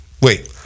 Wait